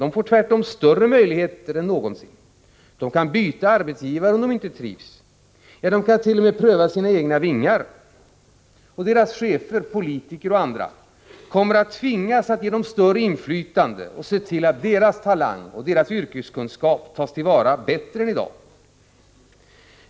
De får tvärtom större möjligheter än någonsin. De kan byta arbetsgivare om de inte trivs, och de kan pröva sina egna vingar om de vill. Deras chefer, politiker och andra, tvingas ge dem större inflytande och se till att deras talang och yrkeskunskap tas till vara bättre än i dag.